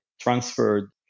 transferred